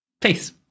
peace